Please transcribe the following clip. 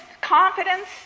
confidence